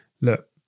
look